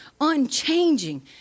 unchanging